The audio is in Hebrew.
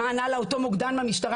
מה ענה לה אותו מוקדן מהמשטרה.